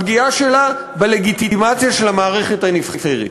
הפגיעה שלה בלגיטימציה של המערכת הנבחרת.